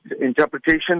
interpretation